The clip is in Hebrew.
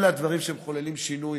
אלו הדברים שמחוללים שינוי,